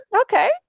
Okay